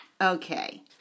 Okay